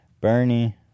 Bernie